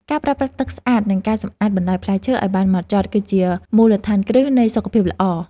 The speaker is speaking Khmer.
ការប្រើប្រាស់ទឹកស្អាតនិងការសម្អាតបន្លែផ្លែឈើឱ្យបានហ្មត់ចត់ គឺជាមូលដ្ឋានគ្រឹះនៃសុខភាពល្អ។